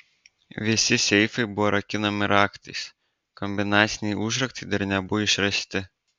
visi seifai buvo rakinami raktais kombinaciniai užraktai dar nebuvo išrasti